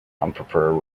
unprepared